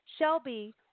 Shelby